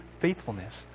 faithfulness